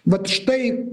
vat štai